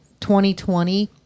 2020